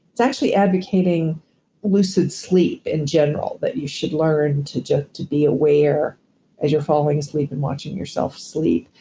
it's actually advocating lucid sleep in general, that you should learn to to be aware as you're falling asleep and watching yourself sleep.